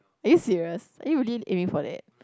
are you serious are you really aiming for that